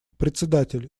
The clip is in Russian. председатель